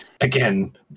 Again